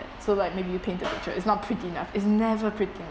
so like maybe you paint a picture it's not pretty enough it's never pretty enough